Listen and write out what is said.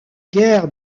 guerres